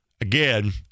Again